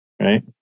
Right